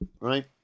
right